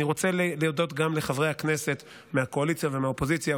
אני רוצה להודות גם לחברי הכנסת מהקואליציה ומהאופוזיציה,